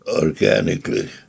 organically